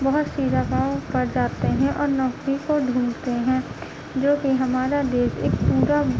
بہت سی جگہوں پر جاتے ہیں اور نوکری کو ڈھونڈتے ہیں جو کہ ہمارا دیش ایک پورا